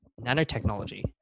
nanotechnology